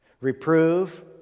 Reprove